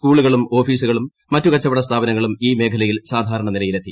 സ്കൂളുകളും ഓഫീസുകളും മറ്റു കച്ചവടസ്ഥാപനങ്ങളും ഈ മേഖലയിൽ സാധാരണ നിലയിലെത്തി